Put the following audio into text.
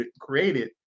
created